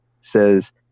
says